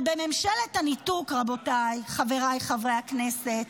אבל בממשלת הניתוק, רבותיי חבריי חברי הכנסת,